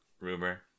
rumor